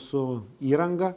su įranga